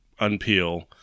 unpeel